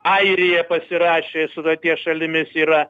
airija pasirašė sutarties šalimis yra